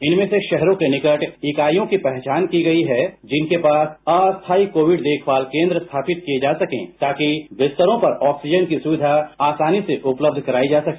इनमें से राहरों के निकट इकाइयों की पहचान की गई है जिनके पास अस्थायी कोविड देखमाल केंद्र स्थापित किए जा सके ताकि बिस्तरों पर ऑक्सीजन की सुविधा आसानी से उपलब्ध कराई जा सके